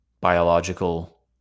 biological